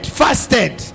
fasted